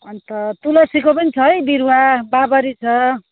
अन्त तुलसीको पनि छ है बिरुवा बाबरी छ